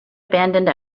abandoned